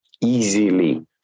easily